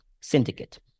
syndicate